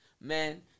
Man